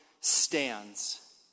stands